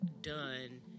done